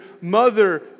mother